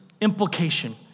implication